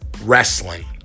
wrestling